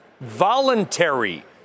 voluntary